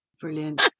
Brilliant